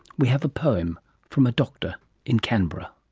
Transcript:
we have a poem from a doctor in canberra.